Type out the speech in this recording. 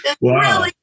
Wow